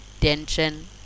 tension